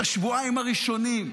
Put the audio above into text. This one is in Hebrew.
את השבועיים הראשונים.